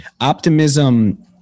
Optimism